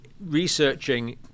researching